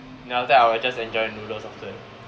then after that I will just enjoy noodles after that